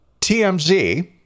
TMZ